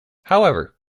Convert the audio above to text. however